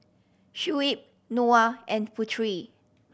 Shuib Noah and Putri